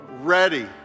ready